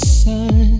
sun